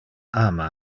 ama